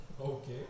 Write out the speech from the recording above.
Okay